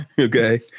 okay